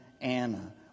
Anna